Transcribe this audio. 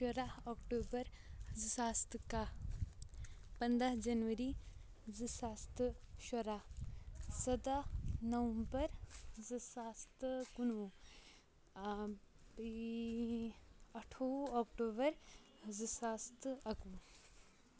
شُراہ اَکٹوٗبَر زٕ ساس تہٕ کَہہ پنٛداہ جَنؤری زٕ ساس تہٕ شُراہ سَداہ نومبَر زٕ ساس تہٕ کُنہٕ وُہ اَٹھووُہ اَکٹوٗبَر زٕ ساس تہٕ اَکہٕ وُہ